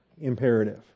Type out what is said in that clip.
imperative